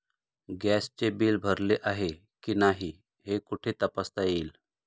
गॅसचे बिल भरले आहे की नाही हे कुठे तपासता येईल?